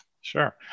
Sure